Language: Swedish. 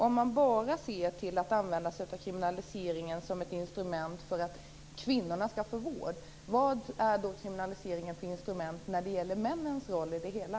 Om man bara använder kriminaliseringen som ett instrument för att kvinnorna skall få vård, vad är den då för instrument när det gäller männens roll i det hela?